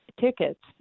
tickets